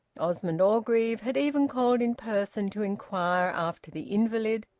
osmond orgreave had even called in person to inquire after the invalid,